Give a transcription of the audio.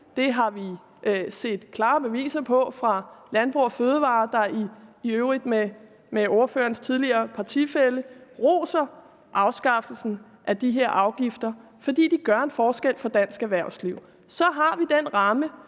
Det har vi set klare beviser på fra Landbrug & Fødevarer, der i øvrigt med ordførerens tidligere partifælle roser afskaffelsen af de her afgifter, fordi de gør en forskel for dansk erhvervsliv. Så har vi den ramme,